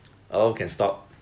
oh can stop